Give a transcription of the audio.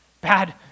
bad